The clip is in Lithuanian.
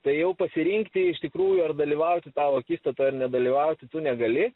tai jau pasirinkti iš tikrųjų ar dalyvauti tau akistatoj ar nedalyvauti tu negali